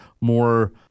more